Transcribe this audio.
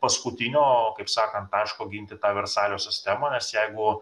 paskutinio kaip sakant taško ginti versalio sistemą nes jeigu